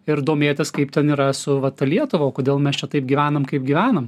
ir domėtis kaip ten yra su va ta lietuva o kodėl mes čia taip gyvenam kaip gyvenam